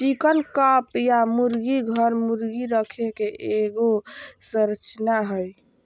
chicken coop या मुर्गी घर, मुर्गी रखे के एगो संरचना हइ